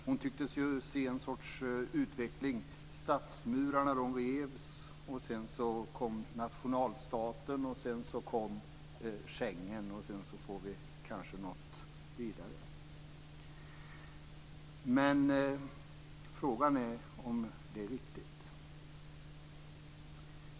Hon tycktes se en sorts utveckling där stadsmurarna revs. Sedan kom nationalstaten. Därefter kom Schengen. Kanske får vi ytterligare något. Frågan är om det är riktigt.